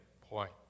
point